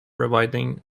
reviving